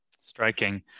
Striking